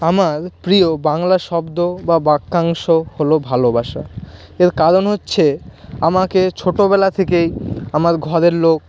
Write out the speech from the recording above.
আমার প্রিয় বাংলা শব্দ বা বাক্যাংশ হল ভালোবাসা এর কারণ হচ্ছে আমাকে ছোটবেলা থেকেই আমার ঘরের লোক